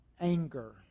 anger